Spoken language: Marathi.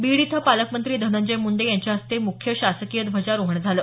बीड इथं पालकमंत्री धनंजय मुंडे यांच्या हस्ते मुख्य शासकीय ध्वजारोहण झालं